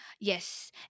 Yes